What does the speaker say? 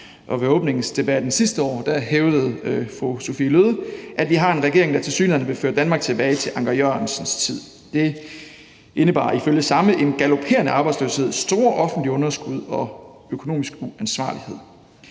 ved åbningsdebatten sidste år hævdede fru Sophie Løhde, at vi har en regering, der tilsyneladende vil føre Danmark tilbage til Anker Jørgensens tid. Det indebar ifølge samme en galopperende arbejdsløshed, store offentlige underskud og økonomisk uansvarlighed.